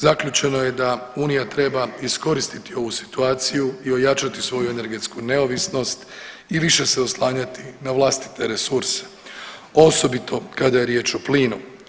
Zaključeno je da unija treba iskoristiti ovu situaciju i ojačati svoju energetsku neovisnost i više se oslanjati na vlastite resurse, osobito kada je riječ o plinu.